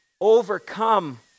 overcome